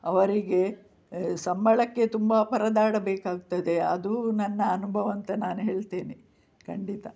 ಅವರಿಗೆ ಸಂಬಳಕ್ಕೆ ತುಂಬ ಪರದಾಡಬೇಕಾಗ್ತದೆ ಅದು ನನ್ನ ಅನುಭವ ಅಂತ ನಾನು ಹೇಳ್ತೇನೆ ಖಂಡಿತ